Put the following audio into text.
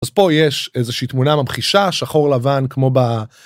אז פה יש איזושהי תמונה מבחישה, שחור לבן כמו ב...